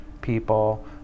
people